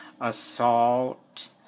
assault